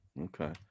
okay